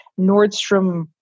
Nordstrom